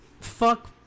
fuck